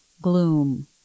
gloom